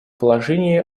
положении